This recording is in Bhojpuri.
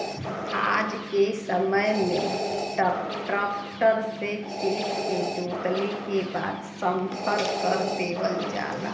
आज के समय में ट्रक्टर से खेत के जोतले के बाद समथर कर देवल जाला